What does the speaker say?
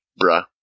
Bruh